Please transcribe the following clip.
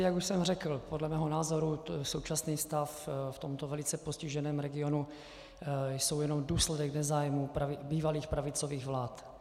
Jak už jsem řekl, podle mého názoru současný stav v tomto velice postiženém regionu je jenom důsledkem nezájmu bývalých pravicových vlád.